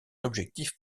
objectif